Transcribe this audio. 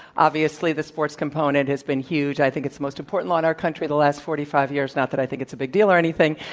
obviously, the sports component has been huge. i think it's the most important law in our country of the last forty five years, not that i think it's a big deal or anything.